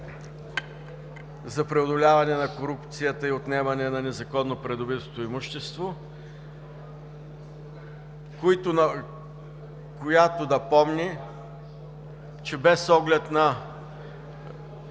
за преодоляване на корупцията и отнемане на незаконно придобитото имущество, която да помни, че без оглед на